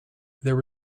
there